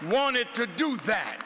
wanted to do that